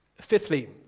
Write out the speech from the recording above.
Fifthly